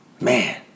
man